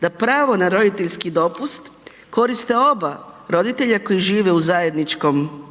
da pravo na roditeljski dopust koriste oba roditelja koji žive u zajedničkom kućanstvu